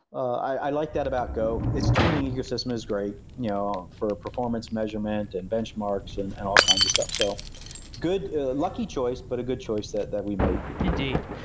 i like that about go, its ecosystem is great, you know for performance measurement and benchmarks and and all kinds of stuff. so good lucky choice, but a good choice that that we made indeed.